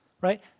Right